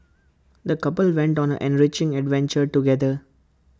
the couple went on an enriching adventure together